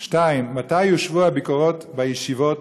2. מתי יושוו הביקורות בישיבות,